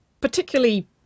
particularly